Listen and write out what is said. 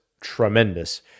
tremendous